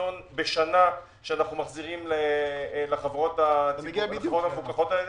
מיליון שקל בשנה שאנחנו מחזירים לחברות שמפוקחות על ידינו.